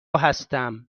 هستم